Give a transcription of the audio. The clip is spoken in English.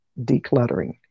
decluttering